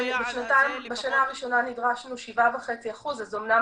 בשנה הראשונה נדרשנו 7.5%, אז אמנם